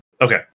Okay